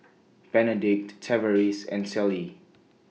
Benedict Tavaris and Celie